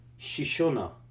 Shishona